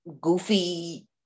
goofy